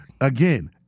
Again